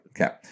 Okay